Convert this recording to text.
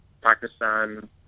Pakistan